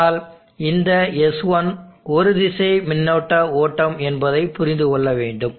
ஆனால் இந்த S1 ஒரு திசை மின்னோட்ட ஓட்டம் என்பதை புரிந்துகொள்ள வேண்டும்